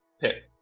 pick